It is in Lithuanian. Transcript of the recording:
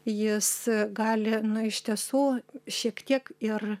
jis gali iš tiesų šiek tiek ir